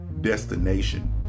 destination